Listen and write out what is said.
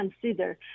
consider